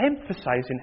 emphasizing